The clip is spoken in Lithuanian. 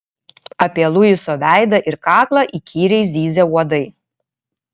apie luiso veidą ir kaklą įkyriai zyzė uodai